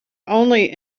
only